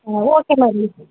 ಹಾಂ ಓಕೆ ಮಾಡಲಿ